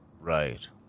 Right